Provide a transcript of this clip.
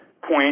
point